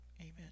Amen